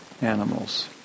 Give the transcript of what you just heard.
animals